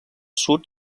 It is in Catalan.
sud